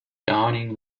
downing